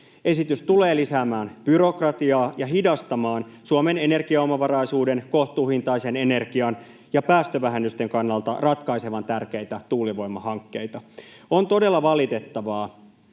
Esitys tulee lisäämään byrokratiaa ja hidastamaan Suomen energiaomavaraisuuden, kohtuuhintaisen energian ja päästövähennysten kannalta ratkaisevan tärkeitä tuulivoimahankkeita. On todella valitettavaa,